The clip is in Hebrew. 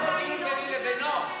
זה לא דיון ביני לבינו.